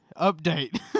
Update